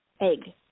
egg